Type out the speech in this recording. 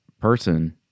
person